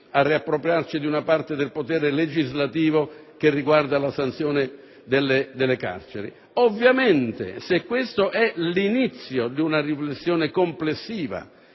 a riappropriarci di una parte del potere legislativo che riguarda la sanzione delle carceri. Ovviamente se questo è l'inizio di una riflessione complessiva,